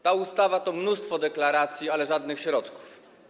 Ta ustawa to mnóstwo deklaracji, ale żadnych środków.